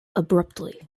abruptly